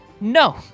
No